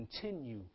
continue